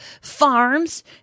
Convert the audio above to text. Farms